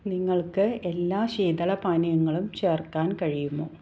നിങ്ങൾക്ക് എല്ലാ ശീതള പാനീയങ്ങളും ചേർക്കാൻ കഴിയുമോ